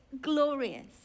glorious